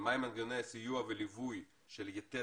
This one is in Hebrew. מה הם מנגנוני הסיוע והליווי של יתד